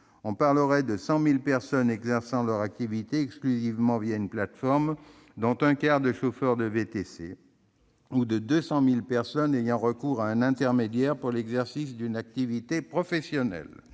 On parle de 100 000 personnes qui exerceraient leur activité exclusivement une plateforme, dont un quart de chauffeurs de VTC, ou de 200 000 personnes qui auraient recours à un intermédiaire pour l'exercice d'une activité professionnelle,